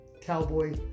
Cowboy